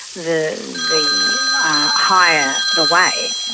the the higher the wage.